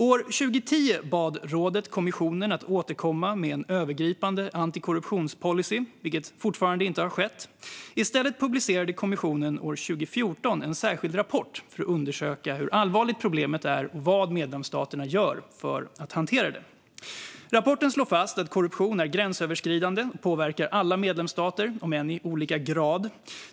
År 2010 bad rådet kommissionen att återkomma med en övergripande antikorruptionspolicy, vilket fortfarande inte har skett. I stället publicerade kommissionen år 2014 en särskild rapport för att undersöka hur allvarligt problemet är och vad medlemsstaterna gör för att hantera det. Rapporten slår fast att korruption är gränsöverskridande och påverkar alla medlemsstater, om än i olika grad.